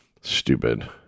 Stupid